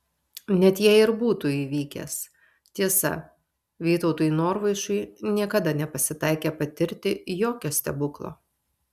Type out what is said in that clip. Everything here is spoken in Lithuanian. net jei ir būtų įvykęs tiesa vytautui norvaišui niekada nepasitaikė patirti jokio stebuklo